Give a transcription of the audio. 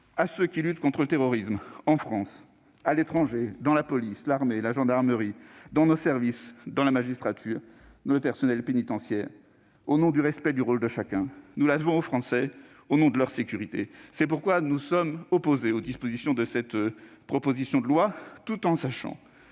ceux qui luttent contre le terrorisme, en France et à l'étranger, dans la police, l'armée, la gendarmerie ou les services, dans la magistrature ou l'administration pénitentiaire, au nom du respect du rôle de chacun. Nous les devons aussi aux Français, au nom de leur sécurité. C'est pourquoi nous sommes opposés à cette proposition de loi, tout en sachant